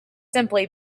simply